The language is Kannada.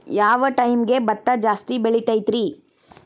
ಯಾವ ಟೈಮ್ಗೆ ಭತ್ತ ಜಾಸ್ತಿ ಬೆಳಿತೈತ್ರೇ?